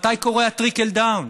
מתי קורה ה-trickle down?